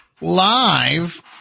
Live